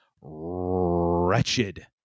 wretched